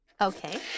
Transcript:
Okay